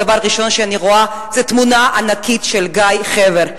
דבר ראשון שאני רואה זו תמונה ענקית של גיא חבר.